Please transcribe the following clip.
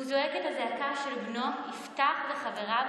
הוא זועק את הזעקה של בנו יפתח וחבריו,